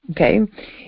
okay